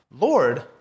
Lord